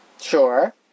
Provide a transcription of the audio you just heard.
Sure